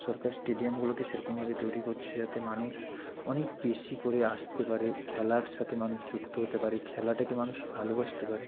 সরকার স্টেডিয়ামগুলোকে সেরকমভাবে তৈরি করছে যাতে মানুষ অনেক বেশি করে আসতে পারে খেলার সাথে মানুষ যুক্ত হতে পারে খেলাটাকে মানুষ ভালোবাসতে পারে